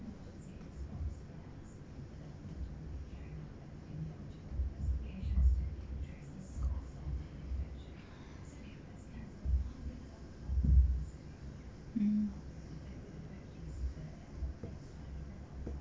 mm